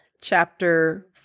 chapter